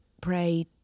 pray